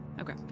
okay